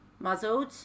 muzzled